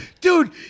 dude